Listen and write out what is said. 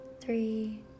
three